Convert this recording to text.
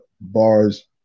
bars